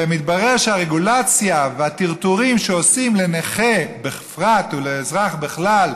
ומתברר שהרגולציה והטרטורים שעושים לנכה בפרט ולאזרח בכלל,